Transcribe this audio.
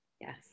Yes